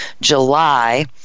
July